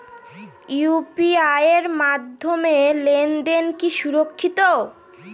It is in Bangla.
ইউ.পি.আই এর মাধ্যমে লেনদেন কি সুরক্ষিত?